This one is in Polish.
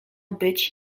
być